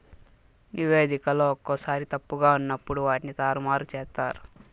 నివేదికలో ఒక్కోసారి తప్పుగా ఉన్నప్పుడు వాటిని తారుమారు చేత్తారు